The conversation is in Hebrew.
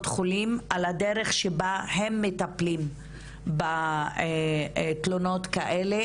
החולים על הדרך שבה הם מטפלים בתלונות כאלה.